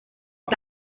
und